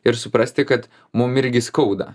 ir suprasti kad mum irgi skauda